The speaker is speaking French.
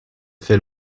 fait